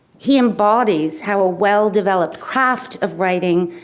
he embodies how a well developed craft of writing,